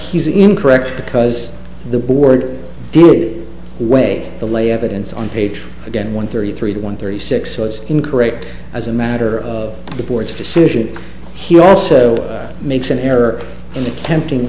he's incorrect because the board did weigh the lay evidence on page again one thirty three to one thirty six was incorrect as a matter of the board's decision he also makes an error in attempting